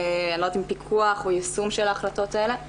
לא יודעת אם לפיקוח או יישום של ההחלטות האלה,